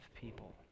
people